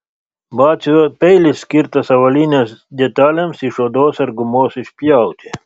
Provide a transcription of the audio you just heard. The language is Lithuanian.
batsiuvio peilis skirtas avalynės detalėms iš odos ar gumos išpjauti